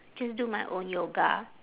just do my own yoga